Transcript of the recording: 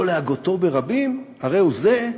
לא להגותו ברבים, הריהו זה: